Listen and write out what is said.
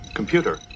Computer